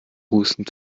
hustend